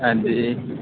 हां जी